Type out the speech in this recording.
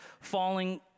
falling